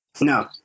no